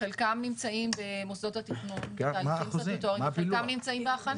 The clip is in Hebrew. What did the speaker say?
חלקם נמצאים במוסדות התכנון בתהליכים סטטוטוריים וחלקם נמצאים בהכנה.